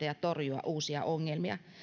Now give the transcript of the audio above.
ja torjua uusia ongelmia